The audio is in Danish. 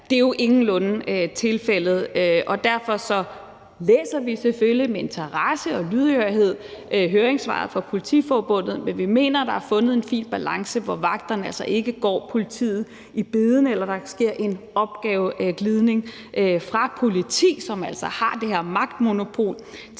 Det er jo ingenlunde tilfældet, og derfor læser vi selvfølgelig med interesse og lydhørhed høringssvaret fra Politiforbundet, men vi mener, at der er fundet en fin balance, hvor vagterne altså ikke går politiet i bedene eller der sker en opgaveglidning fra politiet, som altså har det her magtmonopol,